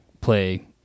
play